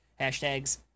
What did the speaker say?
Hashtags